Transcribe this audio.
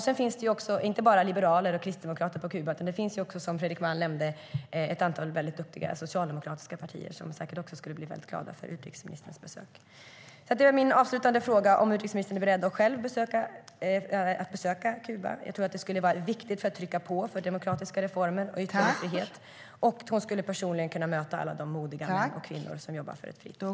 Sedan finns det inte bara liberaler och kristdemokrater på Kuba, utan det finns också, som Fredrik Malm nämnde, ett antal duktiga socialdemokratiska partier som säkert skulle bli väldigt glada för utrikesministerns besök. Därför är min avslutande fråga om utrikesministern är beredd att besöka Kuba. Jag tror att det skulle vara viktigt för att trycka på för demokratiska reformer och yttrandefrihet. Hon skulle då personligen kunna möta alla de modiga män och kvinnor som jobbar för ett fritt Kuba.